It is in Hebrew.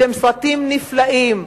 שהם סרטים נפלאים,